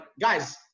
guys